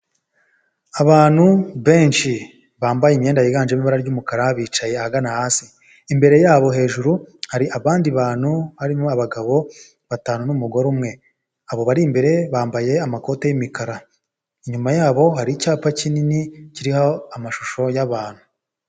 Abantu benshi, bambaye imyenda yiganjemo ibara ry'umukara,. bicaye ahagana hasi, imbere yabo hejuru hari abandi bantu harimo abagabo batanu n'umugore umwe, abo bari imbere bambaye amakoti y'imikara, inyuma yabo hari icyapa kinini kiriho amashusho y'abantu